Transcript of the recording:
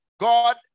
God